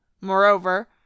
Moreover